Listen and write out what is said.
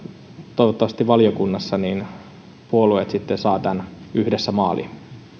toivottavasti valiokunnassa puolueet sitten saavat tämän yhdessä maaliin